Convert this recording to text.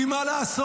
כי מה לעשות,